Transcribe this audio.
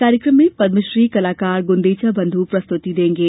कार्यक्रम में पद्मश्री कलाकार गुंदेचा बंधु प्रस्तुति देंगे